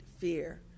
fear